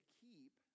keep